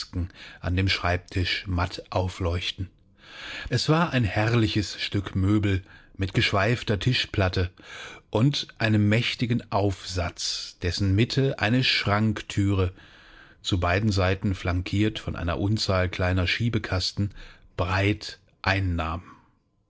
an dem schreibtisch matt aufleuchten es war ein herrliches stück möbel mit geschweifter tischplatte und einem mächtigen aufsatz dessen mitte eine schrankthüre zu beiden seiten flankiert von einer unzahl kleiner schiebekasten breit einnahm